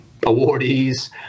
awardees